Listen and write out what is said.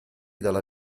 dalla